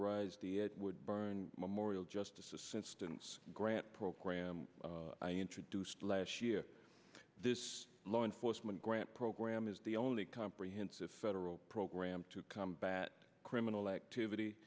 rise the would burn memorial justices and students grant program i introduced last year this law enforcement grant program is the only comprehensive federal program to combat criminal activity